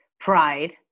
pride